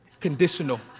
Conditional